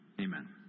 Amen